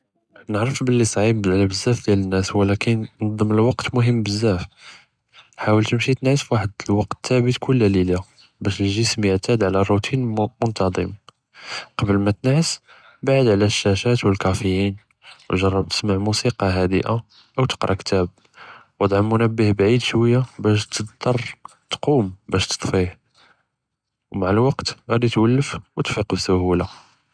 נערף בּלי סעיב על בזאף דיאל אלנס ولاכן תּנזים אלוואקט מחם בזיאף, חאוול תמשי תנעס פוחד אלוואקט תאבת כל לילה באש אלג׳יסם יתעד עלא אלרותין אלמנטזם, קבל מא תנעס בּעד עלא אלשאשאת ואלקאפאין, וג׳רב תסמע מוסיקה חדיאה או תקרא כתאב, ותעד מנבה בעיד שׁוּיָה באש תצטר תקום באש תטפי, ומע אלוואקט ג׳אדי תולף ותפִיק בּסיהולה.